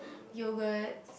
yogurt